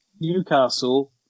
Newcastle